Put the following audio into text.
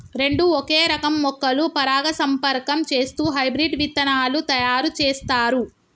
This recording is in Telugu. రెండు ఒకే రకం మొక్కలు పరాగసంపర్కం చేస్తూ హైబ్రిడ్ విత్తనాలు తయారు చేస్తారు